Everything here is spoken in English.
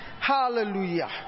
Hallelujah